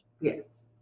Yes